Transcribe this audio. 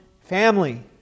family